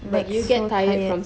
like so tired